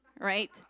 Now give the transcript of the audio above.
right